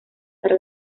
para